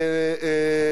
לשמר